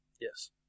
Yes